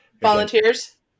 Volunteers